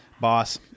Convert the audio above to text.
boss